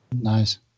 Nice